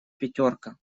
пятерка